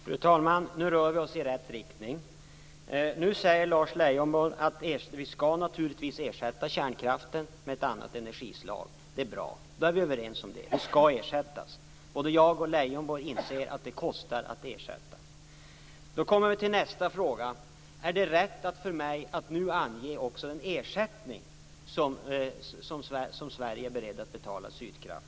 Fru talman! Nu rör vi oss i rätt riktning. Nu säger Lars Leijonborg att vi naturligtvis skall ersätta kärnkraften med ett annat energislag. Det är bra - då är vi överens om det. Den skall ersättas. Både jag och Leijonborg inser att det kostar att ersätta. Då kommer vi till nästa fråga: Är det rätt för mig att nu ange den ersättning som Sverige är beredd att betala Sydkraft?